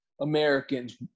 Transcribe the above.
Americans